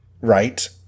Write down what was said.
Right